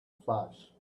flash